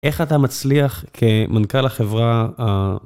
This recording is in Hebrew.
איך אתה מצליח כמנכ״ל החברה?